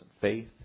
faith